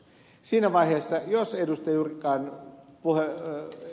siinä vaiheessa jos ed